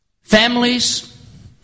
Families